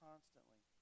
Constantly